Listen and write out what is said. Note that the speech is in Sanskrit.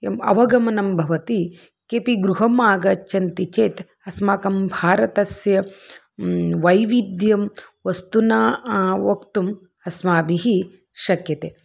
यत् अवगमनं भवति किमपि गृहम् आगच्छन्ति चेत् अस्माकं भारतस्य वैविध्यं वस्तुना वक्तुम् अस्माभिः शक्यते